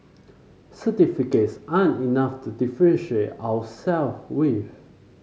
certificates aren't enough to differentiate ourselves with